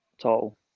total